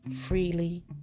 freely